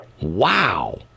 Wow